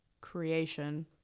creation